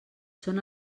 són